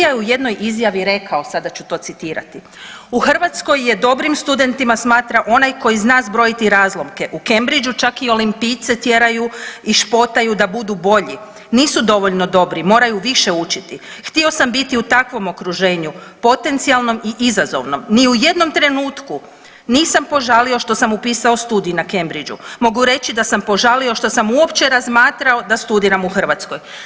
Ilija je u jednoj izjavi rekao, sada ću to citirati, u Hrvatskoj je dobrim studentima smatra onaj koji zna zbrojiti razlomke, u Cambridge-u čak i olimpijce tjeraju i špotaju da budu bolji, nisu dovoljno dobri, moraju više učiti, htio sam biti u takvom okruženju potencijalnom i izazovnom, ni u jednom trenutku nisam požali što sam upisao studij na Cambridge-u mogu reći da sam požalio što sam uopće razmatrao da studiram u Hrvatskoj.